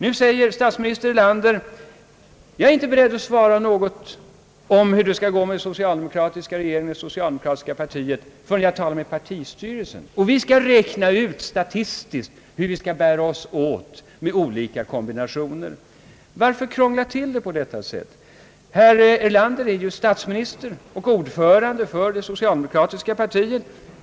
Nu säger statsminister Erlander att han inte är beredd att svara något om hur det skall gå för regeringen och det socialdemokratiska partiet förrän han har talat med partistyrelsen och man statistiskt har räknat ut hur man skall bära sig åt med olika kombinationer. Varför krångla till saken på det där sättet. Herr Erlander är ju statsminister och ordförande för det socialdemokratiska partiet.